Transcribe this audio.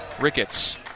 Ricketts